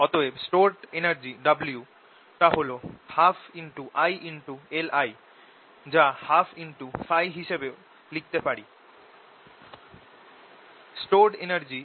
অতএব stored energy টা হল 12ILI যা 12IՓ হিসাবেও লিখতে পারি